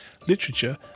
literature